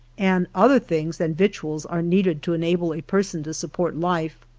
and other things than victuals are needed to enable a person to support life.